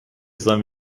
sollen